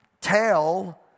Tell